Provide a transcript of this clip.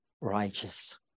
righteous